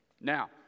Now